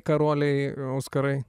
karoliai auskarai